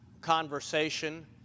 conversation